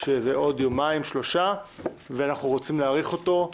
שזה עוד יומיים ואנחנו רוצים להאריך אותו.